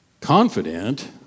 confident